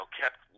kept